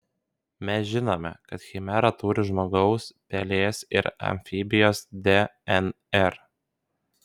mes žinome kad chimera turi žmogaus pelės ir amfibijos dnr